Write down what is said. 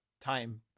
time